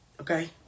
okay